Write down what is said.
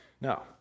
Now